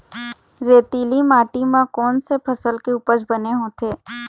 रेतीली माटी म कोन से फसल के उपज बने होथे?